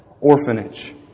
Orphanage